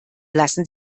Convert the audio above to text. lassen